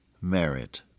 merit